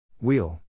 Wheel